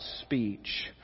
speech